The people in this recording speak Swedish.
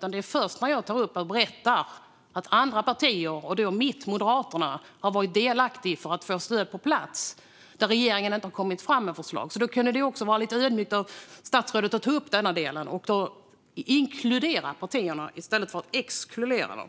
Det sker först när jag tog upp att andra partier, bland annat mitt parti Moderaterna, har varit delaktiga för att få stöd på plats när regeringen inte har kommit med några förslag. Det hade varit ödmjukt av statsrådet om han tagit upp denna del för att inkludera andra partier i stället för att exkludera dem.